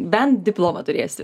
bent diplomą turėsiu